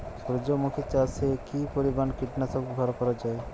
সূর্যমুখি চাষে কি পরিমান কীটনাশক ব্যবহার করা যায়?